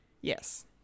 Yes